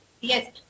Yes